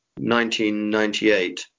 1998